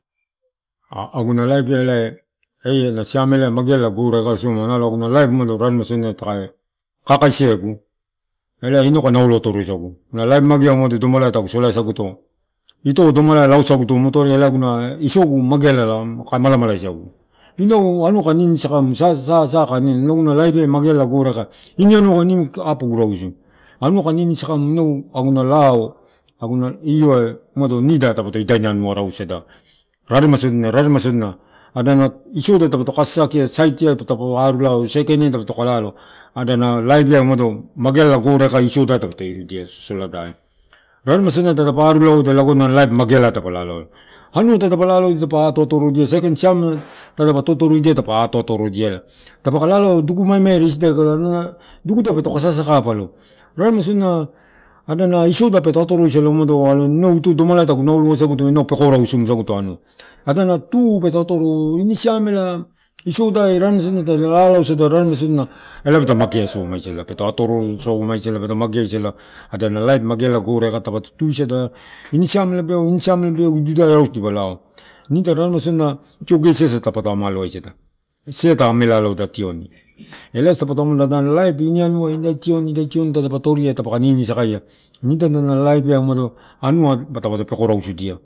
A-aguna laip ai ela siamela magealadia gore aika. Nala aguna laip ela inakae naulo atorosagu, na laip megea tagu solasaguto ito oma lao saguto, mu toruanau isogu mageala kae malamala sagu. Inau nimu, anua kaka ninimu sakamu inau aguna laip ai magealagu gore aika, inau ini anua, apogu rausu anua kaka nini sakamu, aguna alau, aguna ioai, umudo nida, dapo idaini anua arusu, raremai sodina, raremai sodina, adana isoda dapa kato asaki, saitia pato ko arulalau saikaina tara katokalado adana laipia umado mageala da gore aika, sogoladai raremaisodina tada aru lala eda, laip mageai dapa lalaoela, anua tadi pa laolao edipa to atorodia, saikain siam dapa ato atorodia dapaka lalau dudumaimare isida, adana dududa peto ko sasaka palo, raremaisodina da isoda peto atoroisala umado nau ito domalai tagu lolotu sagu ina nimu anua, peko rausum saguto, adana tu peto atoro. Ini siamela isodai, tagu naulo uusaguto, ada tu peto atoro isodai raremaisodina raremai lago dapato mageai somaisada elae asa peto mageasala asa, tadapato tusada, ini siamela, inisiamela mumudi dai dipa lao, nida tio, gesi asa daputo amalo aisada ta amela aloda tioni elae asa dapato amaloa, nalo laip iai umado anua peko rausudia.